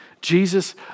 Jesus